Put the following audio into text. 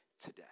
today